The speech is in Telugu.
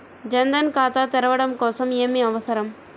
జన్ ధన్ ఖాతా తెరవడం కోసం ఏమి అవసరం?